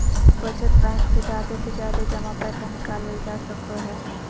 बचत बैंक से जादे से जादे जमा पैसा निकालल जा सको हय